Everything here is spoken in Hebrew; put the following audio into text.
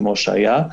כפי שהיה,